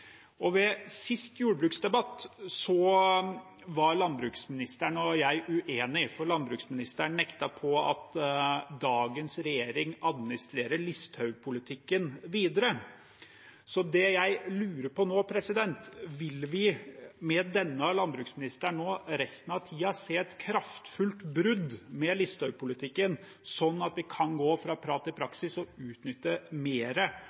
var landbruksministeren og jeg uenige, for landbruksministeren nektet for at dagens regjering administrerer Listhaug-politikken videre. Det jeg lurer på nå, er: Vil vi med denne landbruksministeren, resten av tiden, se et kraftfullt brudd med Listhaug-politikken, slik at vi kan gå fra prat til